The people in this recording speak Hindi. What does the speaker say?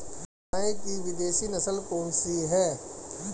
गाय की विदेशी नस्ल कौन सी है?